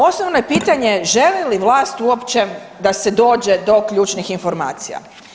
Osnovno je pitanje želi li vlast uopće da se dođe do ključnih informacija.